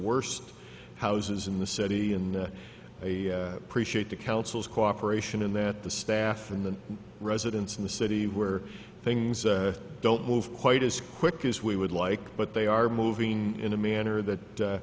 worst houses in the city in a appreciate the council's cooperation in that the staff and the residents in the city where things don't move quite as quickly as we would like but they are moving in a manner that